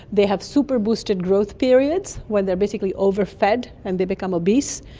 they have super boosted growth periods where they are basically overfed and they become obese.